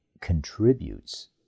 contributes